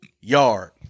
yard